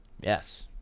Yes